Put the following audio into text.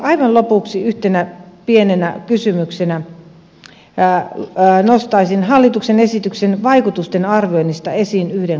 aivan lopuksi yhtenä pienenä kysymyksenä nostaisin hallituksen esityksen vaikutusten arvioinnista esiin yhden kohdan